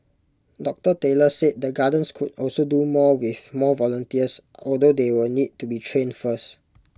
doctor Taylor said the gardens could also do more with more volunteers although they will need to be trained first